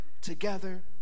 together